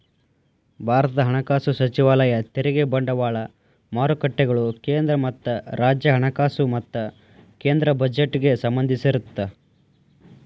ಭಾರತದ ಹಣಕಾಸು ಸಚಿವಾಲಯ ತೆರಿಗೆ ಬಂಡವಾಳ ಮಾರುಕಟ್ಟೆಗಳು ಕೇಂದ್ರ ಮತ್ತ ರಾಜ್ಯ ಹಣಕಾಸು ಮತ್ತ ಕೇಂದ್ರ ಬಜೆಟ್ಗೆ ಸಂಬಂಧಿಸಿರತ್ತ